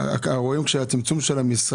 התקציב של 2022